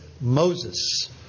Moses